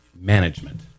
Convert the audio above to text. Management